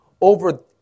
over